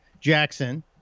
Jackson